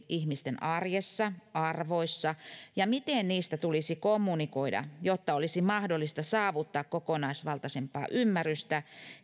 ihmisten arjessa arvoissa ja siihen miten niistä tulisi kommunikoida jotta olisi mahdollista saavuttaa kokonaisvaltaisempaa ymmärrystä